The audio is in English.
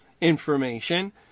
information